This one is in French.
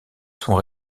sont